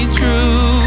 true